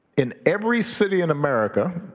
in every city in america,